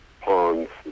ponds